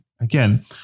again